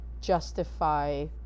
justify